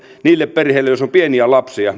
niille perheille joissa on pieniä lapsia